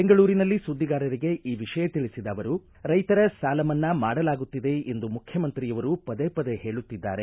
ಬೆಂಗಳೂರಿನಲ್ಲಿ ಸುದ್ದಿಗಾರರಿಗೆ ಈ ವಿಷಯ ತಿಳಿಸಿದ ಅವರು ರೈತರ ಸಾಲ ಮನ್ನಾ ಮಾಡಲಾಗುತ್ತಿದೆ ಎಂದು ಮುಖ್ಯಮಂತ್ರಿಯವರು ಪದೇ ಪದೇ ಹೇಳುತ್ತಿದ್ದಾರೆ